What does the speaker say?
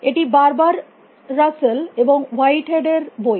এটি বারবার রাসেল এবং হোয়াইট হেড এর Whitehead's বই